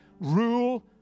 rule